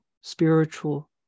spiritual